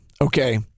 okay